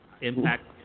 Impact